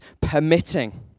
permitting